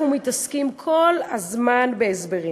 אנחנו מתעסקים כל הזמן בהסברים.